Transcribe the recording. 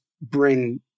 bring